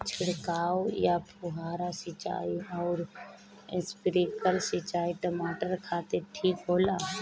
छिड़काव या फुहारा सिंचाई आउर स्प्रिंकलर सिंचाई टमाटर खातिर ठीक होला?